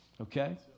Okay